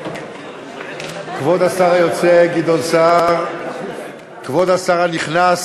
כבוד השר היוצא גדעון סער, כבוד השר הנכנס